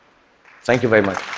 thank you very much.